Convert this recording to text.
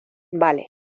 vale